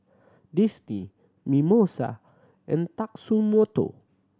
Disney Mimosa and Tatsumoto